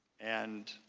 and,